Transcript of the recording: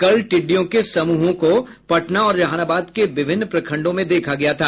कल टिड्डियों के समूहों को पटना और जहानाबाद के विभिन्न प्रखंडों में देखा गया था